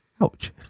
Ouch